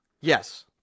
yes